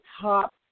top